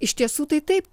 iš tiesų tai taip